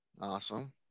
awesome